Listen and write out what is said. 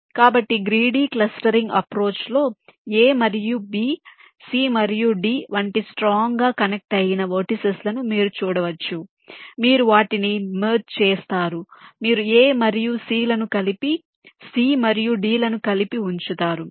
కాబట్టి greedy clustering approach లో a మరియు b c మరియు d వంటి స్ట్రాంగ్ గా కనెక్ట్ అయిన వెర్టిసిస్ లను మీరు చూడవచ్చు మీరు వాటిని మెర్జ్ చేస్తారు మీరు a మరియు c లను కలిపి c మరియు d లను కలిపి ఉంచుతాము